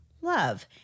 love